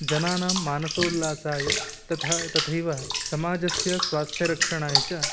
जनानां मानसोल्लासाय तथा तथैव समाजस्य स्वास्थ्यरक्षणाय च